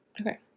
Okay